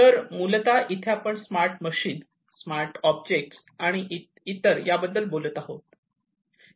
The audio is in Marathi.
तर मूलतः इथे आपण स्मार्ट मशीन स्मार्ट ऑब्जेक्ट आणि इतर याबद्दल बोलत आहोत